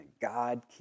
God